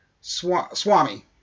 swami